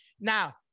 now